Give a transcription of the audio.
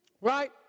right